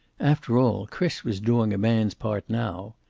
after all, chris was doing a man's part now.